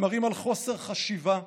הם מראים חוסר חשיבה,